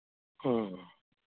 ह्म्म